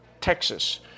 Texas